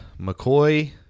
McCoy